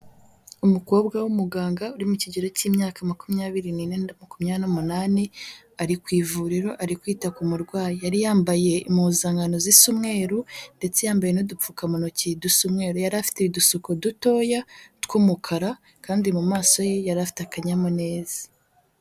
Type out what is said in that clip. Umukobwa w'umuganga uri mu kigero cy'imyaka makumyabiri nine na makumyabiri n'umunani, ari ku ivuriro, ari kwita ku murwayi. Yari yambaye impuzankano z'isa umweru, ndetse yambaye n'udupfukamutoki dusa umweru. Yari afite udusuko dutoya tw'umukara, kandi mu maso ye yari afite akanyamuneza.